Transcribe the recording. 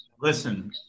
listen